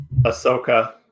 Ahsoka